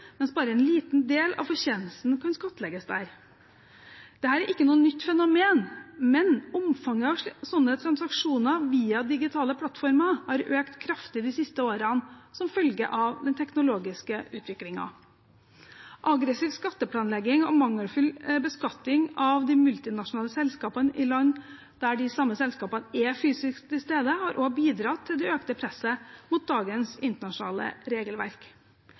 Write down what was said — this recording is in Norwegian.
mens bare en liten del av fortjenesten kan skattlegges der. Dette er ikke noe nytt fenomen, men omfanget av slike transaksjoner via digitale plattformer har økt kraftig de siste årene som følge av den teknologiske utviklingen. Aggressiv skatteplanlegging og mangelfull beskatning av de multinasjonale selskapene i land der de samme selskapene er fysisk til stede, har også bidratt til det økte presset mot dagens internasjonale regelverk.